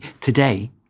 Today